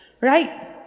Right